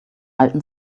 alten